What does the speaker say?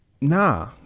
nah